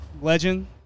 legend